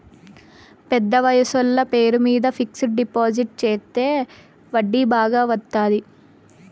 పెద్ద వయసోళ్ల పేరు మీద ఫిక్సడ్ డిపాజిట్ చెత్తే వడ్డీ బాగా వత్తాది